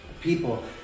people